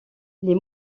les